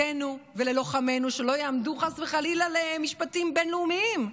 למפקדינו וללוחמינו שלא יעמדו חס וחלילה למשפטים בין-לאומיים.